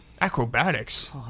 Acrobatics